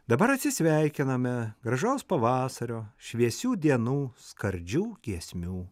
dabar atsisveikiname gražaus pavasario šviesių dienų skardžių giesmių